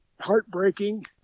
heartbreaking